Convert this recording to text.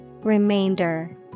Remainder